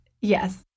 yes